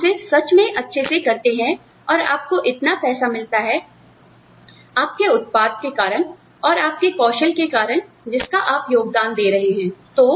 और आप उसे सच में अच्छे से करते हैं और आपको इतना पैसा मिलता है आपके उत्पाद के कारण और आपके कौशल के कारण जिसका आप योगदान दे रहे हैं